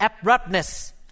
abruptness